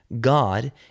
God